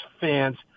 fans